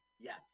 Yes